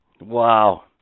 wow